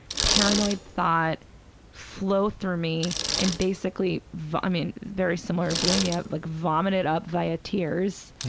paranoid thought flow through me and basically v, i mean, very similar to bulimia, like vomit it up via tears